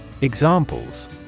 Examples